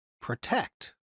protect